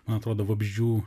man atrodo vabzdžių